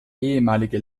ehemalige